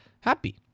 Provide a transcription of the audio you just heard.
happy